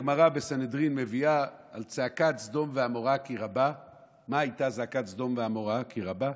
הגמרא בסנהדרין מביאה על "זעקת סדם ועמרה כי רבה",